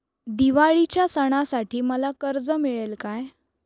दिवाळीच्या सणासाठी मला कर्ज मिळेल काय?